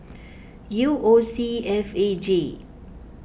U O C F A J